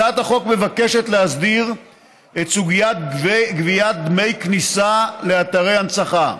הצעת החוק מבקשת להסדיר את סוגיית גביית דמי כניסה לאתרי הנצחה.